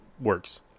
works